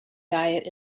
diet